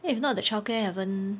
then if not the child care haven't